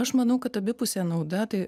aš manau kad abipusė nauda tai